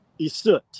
Isut